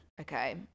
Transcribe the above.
okay